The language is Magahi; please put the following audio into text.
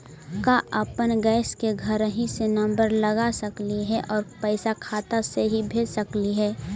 का अपन गैस के घरही से नम्बर लगा सकली हे और पैसा खाता से ही भेज सकली हे?